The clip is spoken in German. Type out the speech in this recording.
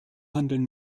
handeln